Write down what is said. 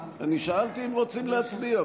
אני שאלתי אם רוצים להצביע.